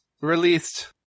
Released